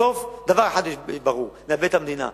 בסוף דבר אחד ברור: נאבד את המדינה.